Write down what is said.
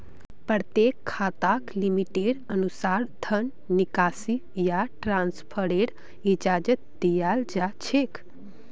प्रत्येक खाताक लिमिटेर अनुसा र धन निकासी या ट्रान्स्फरेर इजाजत दीयाल जा छेक